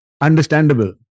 understandable